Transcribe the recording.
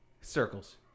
Circles